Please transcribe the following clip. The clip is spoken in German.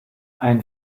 ein